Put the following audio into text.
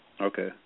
Okay